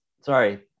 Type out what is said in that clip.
Sorry